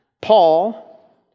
Paul